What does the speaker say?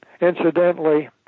incidentally